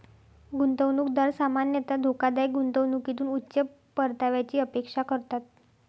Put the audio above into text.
गुंतवणूकदार सामान्यतः धोकादायक गुंतवणुकीतून उच्च परताव्याची अपेक्षा करतात